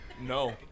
No